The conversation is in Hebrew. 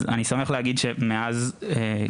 אז אני שמח להגיד שמאז קיום